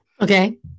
okay